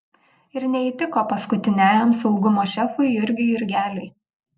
ir neįtiko paskutiniajam saugumo šefui jurgiui jurgeliui